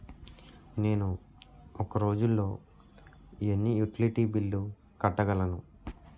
నేను ఒక రోజుల్లో ఎన్ని యుటిలిటీ బిల్లు కట్టగలను?